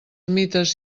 mites